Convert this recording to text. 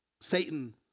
Satan